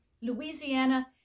Louisiana